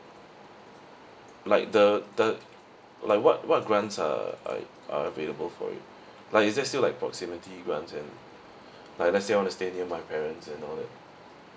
like the the like what what grants are like are available for it like is there still like proximity grants and like let's say I want to stay near my parents and all